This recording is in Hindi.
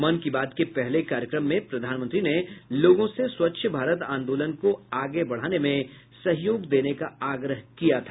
मन की बात के पहले कार्यक्रम में प्रधानमंत्री ने लोगों से स्वच्छ भारत आंदोलन को आगे बढ़ाने में सहयोग देने का आग्रह किया था